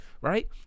right